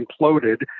imploded